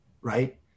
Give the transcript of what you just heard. right